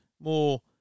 more